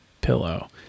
pillow